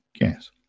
Yes